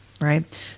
right